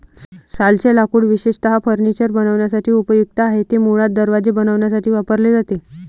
सालचे लाकूड विशेषतः फर्निचर बनवण्यासाठी उपयुक्त आहे, ते मुळात दरवाजे बनवण्यासाठी वापरले जाते